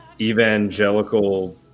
evangelical